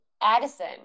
Addison